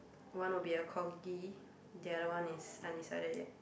one will be a corgi the other one is undecided yet